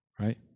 right